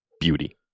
Beauty